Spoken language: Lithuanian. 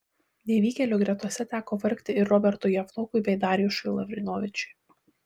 nevykėlių gretose teko vargti ir robertui javtokui bei darjušui lavrinovičiui